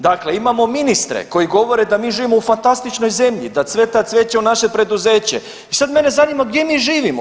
Dakle imamo ministre koji govore da mi živimo u fantastičnoj zemlji, da cveta cveće u naše preduzeće i sad mene zanima gdje mi živimo?